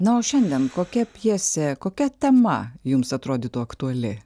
na o šiandien kokia pjesė kokia tema jums atrodytų aktuali